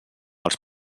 els